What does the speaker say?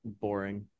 boring